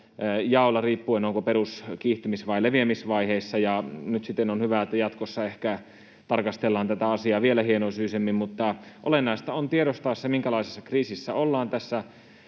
jaolla riippuen siitä, onko perus‑, kiihtymis‑ vai leviämisvaiheessa, ja on hyvä, että jatkossa tarkastellaan tätä asiaa ehkä vielä hienosyisemmin. Olennaista on tiedostaa se, minkälaisessa kriisissä ollaan. Tässä